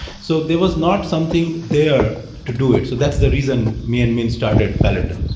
so there was not something there to do it. so that's the reason me and min started peloton.